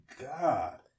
god